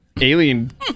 alien